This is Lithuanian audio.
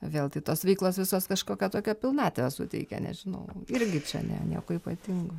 vėl tai tos veiklos visos kažkokią tokią pilnatvę suteikia nežinau irgi čia ne nieko ypatingo